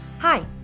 Hi